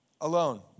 alone